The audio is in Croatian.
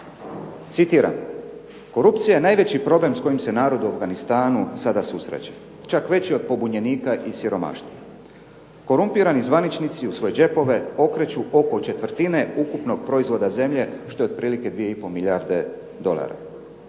Citiram: "Korupcija je najveći problem s kojim se narod u Afganistanu sada susreće. Čak veći od pobunjenika i siromaštva. Korumpirani zvaničnici u svoje džepove okreću oko četvrtine ukupnog proizvoda zemlje što je otprilike 2,5 milijarde dolara."